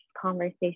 conversation